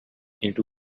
into